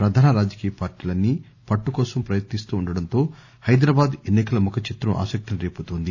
ప్రధాన రాజకీయ పార్టీలన్సీ పట్టు కోసం ప్రయత్ని స్తుండటంతో హైదరాబాద్ ఎన్సి కల ముఖ చిత్రం ఆసక్తిని రేపుతోంది